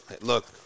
Look